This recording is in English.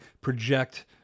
project